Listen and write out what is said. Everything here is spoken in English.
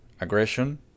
aggression